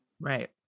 right